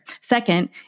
Second